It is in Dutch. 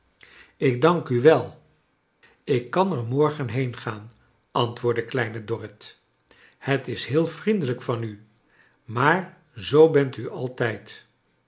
ik dank u wel ik kan er morgen heengaan antwoordde klein dorrit het is heel vriendelijk van u maar zoo bent u altijd